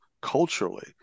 culturally